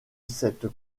cette